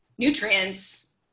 Nutrients